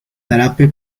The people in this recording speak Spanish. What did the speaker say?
zarape